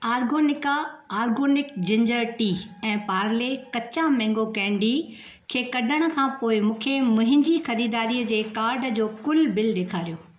Organica organic ginger tea ऐं पार्ले कच्चा mango candy खे कढणु खां पोइ मूंखे मुंहिंजी ख़रीदारी जे कार्डु जो कुल बिल ॾेखारियो